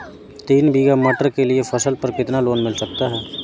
तीन बीघा मटर के लिए फसल पर कितना लोन मिल सकता है?